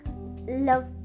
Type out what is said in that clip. Love